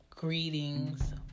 Greetings